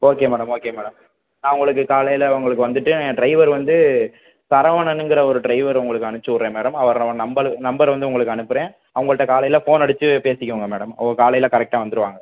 okay madam okay madam நான் உங்களுக்கு காலையில் உங்களுக்கு வந்துவிட்டு டிரைவர் வந்து சரவணனுங்கிற ஒரு டிரைவர் உங்களுக்கு அனுப்ச்சிவிட்றேன் மேடம் அவர் நம்பலு நம்பர் வந்து உங்களுக்கு அனுப்புகிறேன் அவங்கள்ட்ட காலையில் ஃபோன் அடித்து பேசிக்கோங்க மேடம் அவங்க காலையில் கரெக்டாக வந்துடுவாங்க